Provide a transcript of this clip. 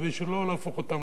כדי שלא להפוך אותם,